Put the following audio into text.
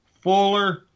Fuller